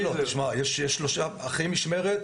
אז לא, תשמע, יש שלושה אחראי משמרת,